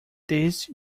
these